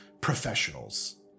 professionals